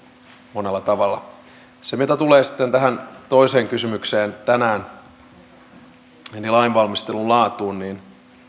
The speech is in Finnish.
monella tavalla mitä tulee sitten tähän toiseen kysymykseen tänään lainvalmistelun laatuun niin